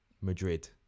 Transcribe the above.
Madrid